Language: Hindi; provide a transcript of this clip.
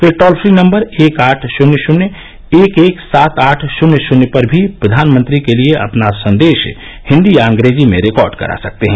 वे टोल फ्री नंबर एक आठ शुन्य शुन्य एक एक सात आठ शुन्य शुन्य पर भी फ्र्वानमंत्री के लिए अपना संदेश हिंदी या अंग्रेजी में रिकॉर्ड करा सकते हैं